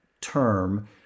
term